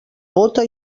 bóta